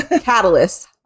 catalyst